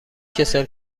کسل